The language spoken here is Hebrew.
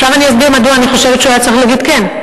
עכשיו אני אסביר מדוע אני חושבת שהוא היה צריך להגיד כן.